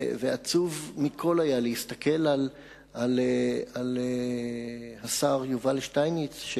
עצוב מכול היה להסתכל על השר יובל שטייניץ,